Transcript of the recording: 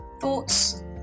Thoughts